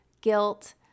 guilt